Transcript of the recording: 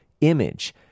image